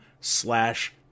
slash